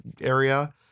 area